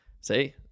See